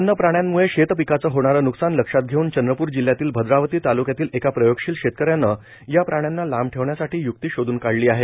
वव्य प्राण्यांमुळे शेतपिकांचं होणारं व्रकसान लक्षात घेऊन चंद्रपूर जिल्ह्यातील अद्रावती तालुक्यातील एका प्रयोगशिल शेतकऱ्यानं या प्राण्यांना लांब ठेवण्यासाठी युक्ती शोधून काढली आहे